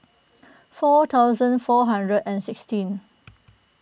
four thousand four hundred and sixteen